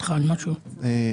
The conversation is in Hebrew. יש סעיף שאומר שקטינים לא ישתתפו,